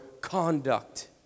conduct